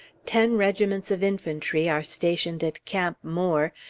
ten regiments of infantry are stationed at camp moore,